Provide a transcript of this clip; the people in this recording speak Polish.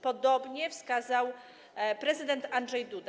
Podobnie wskazał prezydent Andrzej Duda.